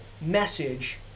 message